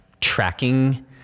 tracking